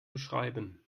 beschreiben